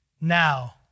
now